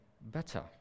better